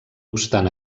obstant